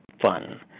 fun